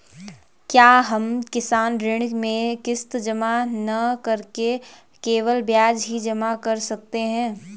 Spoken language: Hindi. क्या हम किसान ऋण में किश्त जमा न करके केवल ब्याज ही जमा कर सकते हैं?